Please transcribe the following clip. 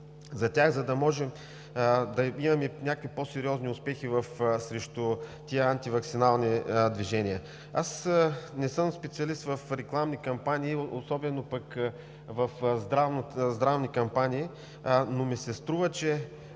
за тях, за да можем да имаме някакви по-сериозни успехи срещу тези антиваксинални движения. Аз не съм специалист в рекламни кампании, особено в здравни кампании, но ми се струва, че